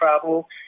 travel